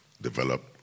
develop